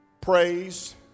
praise